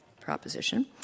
proposition